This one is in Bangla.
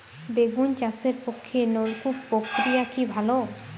বেগুন চাষের পক্ষে নলকূপ প্রক্রিয়া কি ভালো?